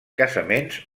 casaments